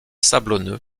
sablonneux